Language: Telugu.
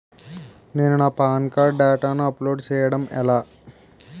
నేను నా పాన్ కార్డ్ డేటాను అప్లోడ్ చేయడం ఎలా?